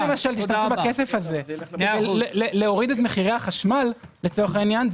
אם נשתמש בכסף הזה להוריד את מחירי החשמל לצורך העניין,